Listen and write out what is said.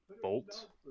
Bolt